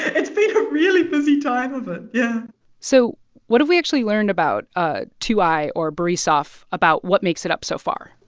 it's really busy time of it. yeah so what have we actually learned about ah two i or borisov about what makes it up so far?